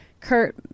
Kurt